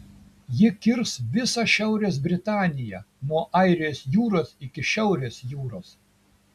ji kirs visą šiaurės britaniją nuo airijos jūros iki šiaurės jūros